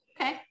Okay